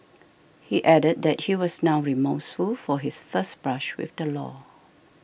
he added that he was now remorseful for his first brush with the law